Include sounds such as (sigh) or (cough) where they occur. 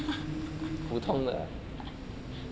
(laughs)